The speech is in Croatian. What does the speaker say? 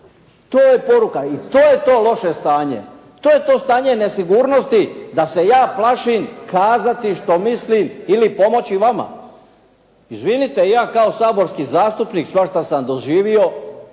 To je poruke i to je to loše stanje. To je to stanje nesigurnosti da se ja plašim kazati što mislim ili pomoći vama. Izvinite, ja kao saborski zastupnik svašta sam doživio